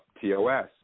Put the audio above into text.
TOS